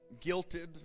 guilted